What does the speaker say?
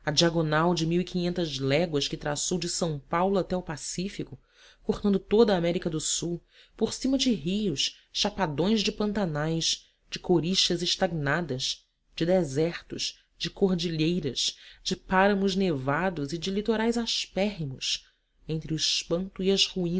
diagonal de mil e quinhentas léguas que traçou de são paulo até ao pacífico cortando toda a américa do sul por cima de rios de chapadões de pantanais de corixas estagnadas de desertos de cordilheiras de páramos nevados e de litorais aspérrimos entre o espanto e as ruínas